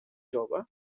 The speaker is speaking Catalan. jove